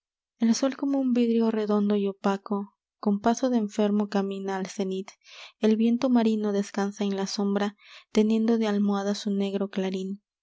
el sol como un vidrio redondo y opaco con paso de enfermo camina al cenit el viento marino descansa en la sombra teniendo de almohada su negro clarín